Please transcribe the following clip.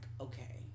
okay